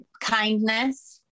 kindness